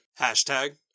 Hashtag